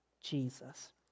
Jesus